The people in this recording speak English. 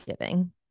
giving